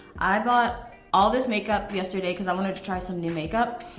i bought all this makeup yesterday cause i wanted to try some new makeup,